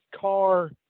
car